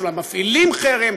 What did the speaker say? שאולי מפעילים חרם,